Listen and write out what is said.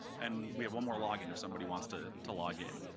and we have one more log in if somebody wants to to log in.